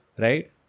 Right